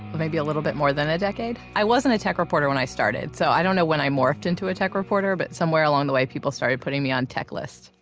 maybe a little bit more than a decade. i wasn't a tech reporter when i started. so i don't know when i morphed into a tech reporter but somewhere along the way people started putting me on tech lists.